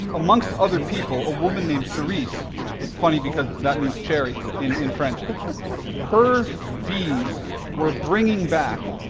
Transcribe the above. amongst other people, a woman named cerise which is funny because that means cherry in in french her bees were bringing back